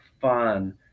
fun